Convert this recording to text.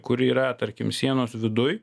kur yra tarkim sienos viduj